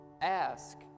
Ask